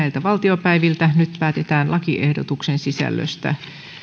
nyt päätetään lakiehdotuksen sisällöstä